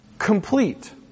complete